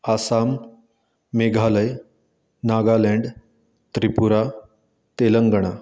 Assam Meghalaya Nagaland Tripura Telangana